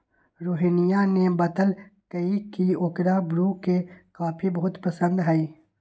रोहिनीया ने बतल कई की ओकरा ब्रू के कॉफी बहुत पसंद हई